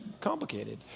complicated